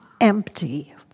empty